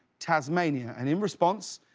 tasmania. and in response,